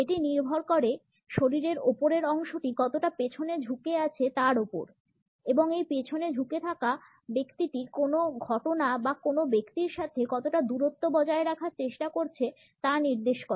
এটি নির্ভর করে শরীরের উপরের অংশটি কতটা পিছনে ঝুঁকে আছে তার উপর এবং এই পিছনে ঝুঁকে থাকা ব্যক্তিটি কোনও ঘটনা বা কোনও ব্যক্তির সাথে কতটা দূরত্ব বজায় রাখার চেষ্টা করছে তা নির্দেশ করে